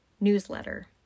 newsletter